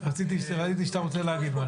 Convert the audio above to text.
ראיתי שאתה להגיד משהו.